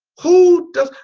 who does,